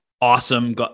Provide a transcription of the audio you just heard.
awesome